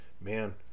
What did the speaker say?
Man